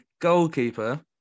goalkeeper